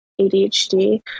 ADHD